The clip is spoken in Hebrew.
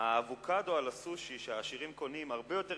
האבוקדו על הסושי שהעשירים קונים הרבה יותר